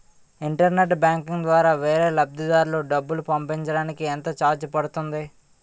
Internet banking ద్వారా వేరే లబ్ధిదారులకు డబ్బులు పంపించటానికి ఎంత ఛార్జ్ పడుతుంది?